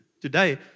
Today